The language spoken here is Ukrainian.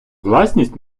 власність